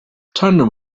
turner